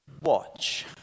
watch